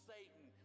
Satan